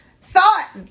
thought